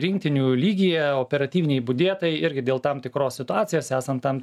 rinktinių lygyje operatyviniai budėtojai irgi dėl tam tikros situacijos esant tam